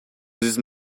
this